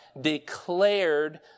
declared